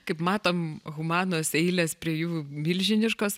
kaip matom humanos eilės prie jų milžiniškos